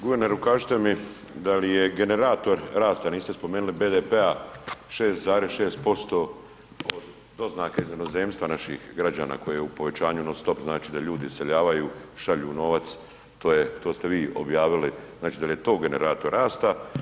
Guverneru kažite mi da li je generator rasta, niste spomenuli BDP-a 6,6% od doznake iz inozemstva naših građana koje je u povećanju non stop, znači da ljudi iseljavaju, šalju novac, to ste vi objavili, znači da li je to generator rasta?